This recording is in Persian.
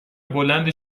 بلند